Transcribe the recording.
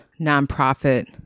nonprofit